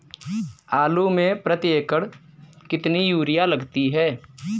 आलू में प्रति एकण कितनी यूरिया लगती है?